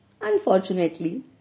Unfortunately